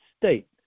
state